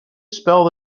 spell